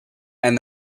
and